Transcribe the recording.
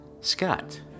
Scott